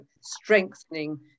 strengthening